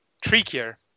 trickier